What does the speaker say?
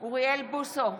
אוריאל בוסו,